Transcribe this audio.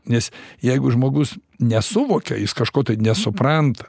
nes jeigu žmogus nesuvokia jis kažko nesupranta